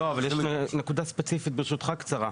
לא, אבל יש נקודה ספציפית, ברשותך, קצרה.